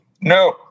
No